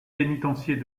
pénitencier